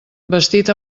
vestit